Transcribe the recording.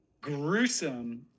gruesome